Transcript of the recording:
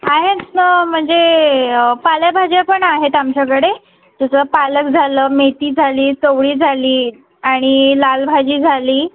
आहेत म्हणजे पालेभाज्या पण आहेत आमच्याकडे जसं पालक झालं मेथी झाली चवळी झाली आणि लालभाजी झाली